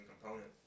component